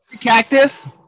Cactus